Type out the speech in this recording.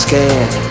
Scared